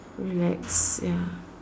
relax ya